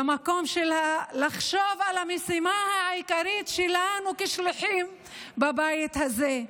למקום של לחשוב על המשימה העיקרית שלנו כשליחים בבית הזה,